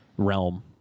realm